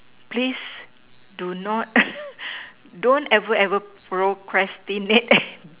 please do not don't ever ever procrastinate